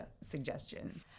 suggestion